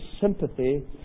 sympathy